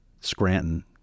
scranton